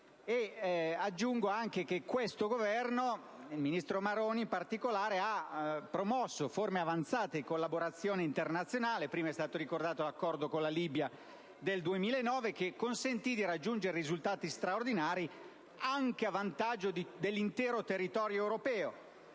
Aggiungo che questo Governo, e il ministro Maroni in particolare, ha promosso forme avanzate di collaborazione internazionale. È stato ricordato l'Accordo con la Libia del 2009, che consentì di raggiungere risultati straordinari anche a vantaggio dell'intero territorio europeo.